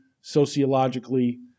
sociologically